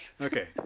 okay